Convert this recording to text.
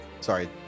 Sorry